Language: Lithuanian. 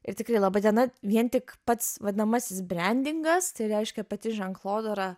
ir tikrai laba diena vien tik pats vadinamasis brendingas tai reiškia pati ženklodara